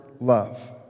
love